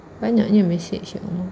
banyaknya mesej ya allah